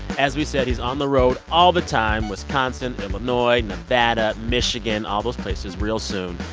as we said, he's on the road all the time wisconsin, illinois, nevada, michigan all those places real soon.